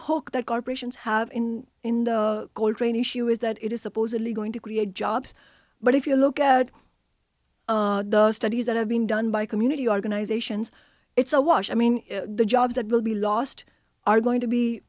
hope that corporations have in in the cold rain issue is that it is supposedly going to create jobs but if you look at studies that have been done by community organizations it's a wash i mean the jobs that will be lost are going to be